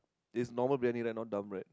is normal Briyani right not dump right